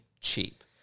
cheap